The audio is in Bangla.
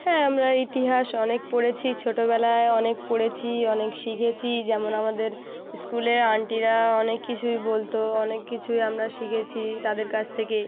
হ্যাঁ আমরা ইতিহাস অনেক পড়েছি ছোটোবেলায় অনেক পড়েছি অনেক শিখেছি যেমন আমাদের ইস্কুলে আন্টিরা অনেক কিছুই বলতো অনেক কিছুই আমরা শিখেছি তাদের কাছ থেকে